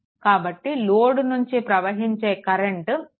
కాబట్టి లోడ్ నుంచి ప్రవహించే కరెంట్ 2